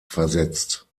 versetzt